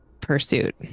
pursuit